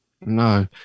no